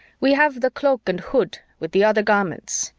we have the cloak and hood with the other garments,